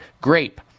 grape